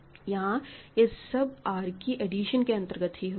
यहां यह सब R की एडिशन के अंतर्गत ही होता है